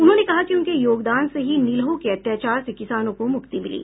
उन्होंने कहा कि उनके योगदान से ही नीलहो के अत्याचार से किसानों को मुक्ति मिली